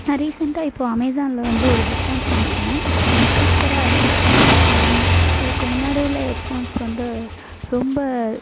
நான் ரீசென்டாக இப்போது அமேசானில் வந்து ஒரு ஹெட் ஃபோன்ஸ் வாங்கியிருந்தேன் அது சூப்பராக இருக்குது இதுக்கு முன்னாடி உள்ள ஹெட் ஃபோன்ஸ் வந்து ரொம்ப